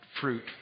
fruit